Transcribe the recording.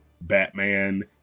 Batman